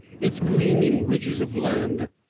its gleaming ridges of land.